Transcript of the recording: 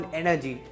energy